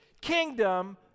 kingdom